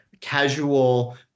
casual